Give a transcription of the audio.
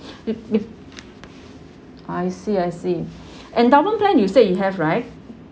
I see I see endowment plan you said you have right